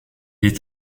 est